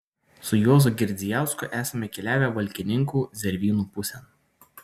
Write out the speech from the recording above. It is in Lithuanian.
su juozu girdzijausku esame keliavę valkininkų zervynų pusėn